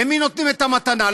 למי נותנים את המתנה?